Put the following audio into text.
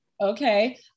Okay